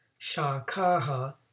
Shakaha